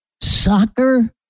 soccer